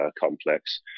complex